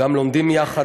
גם לומדים יחד,